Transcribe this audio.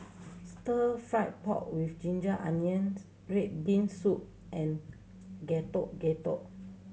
Stir Fried Pork With Ginger Onions red bean soup and Getuk Getuk